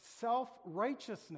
self-righteousness